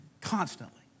Constantly